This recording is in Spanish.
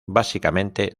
básicamente